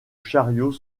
chariot